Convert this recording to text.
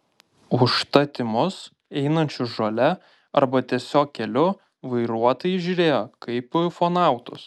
užtat į mus einančius žole arba tiesiog keliu vairuotojai žiūrėjo kaip į ufonautus